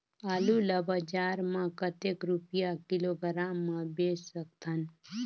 आलू ला बजार मां कतेक रुपिया किलोग्राम म बेच सकथन?